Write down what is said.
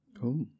Cool